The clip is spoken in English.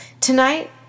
Tonight